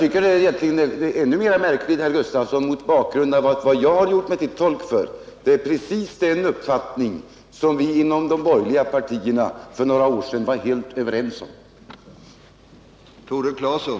Det är ännu mera märkligt, herr Gustafsson, mot bakgrund av att vad jag har gjort mig till tolk för är precis den uppfattning vi inom de borgerliga partierna för några år sedan var helt överens om.